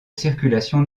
circulation